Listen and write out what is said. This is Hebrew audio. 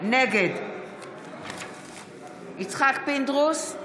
נגד יצחק פינדרוס,